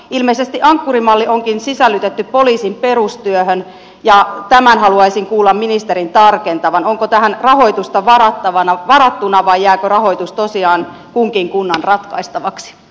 ilmeisesti ankkuri malli onkin sisällytetty poliisin perustyöhön ja tämän haluaisin kuulla ministerin tarkentavan onko tähän rahoitusta varattuna vai jääkö rahoitus tosiaan kunkin kunnan ratkaistavaksi